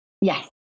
Yes